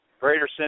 Greater